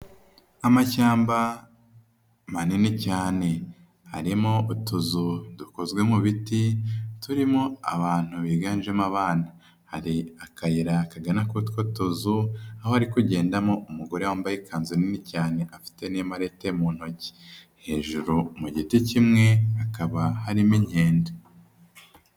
Amashyamba manini cyane, harimo utuzu dukozwe mu biti, turimo abantu biganjemo abana, hari akayira kagana k'utwo tuzu, aho hari kugendamo umugore wambaye ikanzu nini cyane afite n'imarete mu ntoki, hejuru mu giti kimwe hakaba harimo inkende.